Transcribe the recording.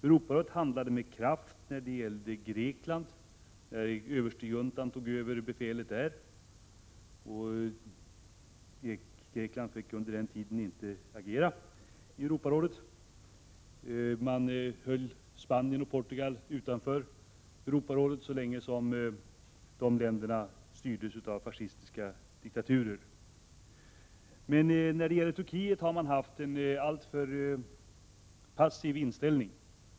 Europarådet handlade med kraft när det gällde Grekland, när överstejuntan tog över befälet där. Grekland fick under den tiden inte agera i Europarådet. Man höll Spanien och Portugal utanför rådet så länge dessa länder styrdes av fascistiska diktaturer. Men när det gäller Turkiet har Europarådet haft en alltför passiv inställning.